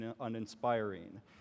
uninspiring